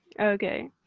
okay